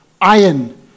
iron